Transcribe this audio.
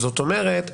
זאת אומרת,